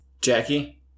Jackie